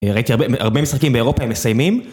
ראיתי הרבה משחקים באירופה הם מסיימים